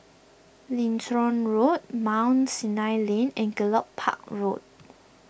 Lincoln Road Mount Sinai Lane and Gallop Park Road